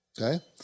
okay